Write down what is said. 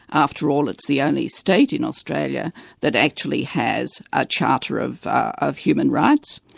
after all it's the only state in australia that actually has a charter of of human rights,